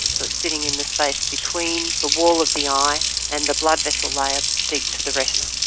so it's sitting in the space between the wall of the eye and the blood vessel layer deep to the retina.